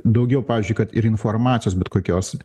daugiau pavyzdžiui kad ir informacijos bet kokios